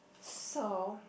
so